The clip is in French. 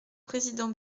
président